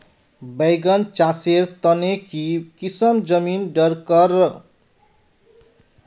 बैगन चासेर तने की किसम जमीन डरकर?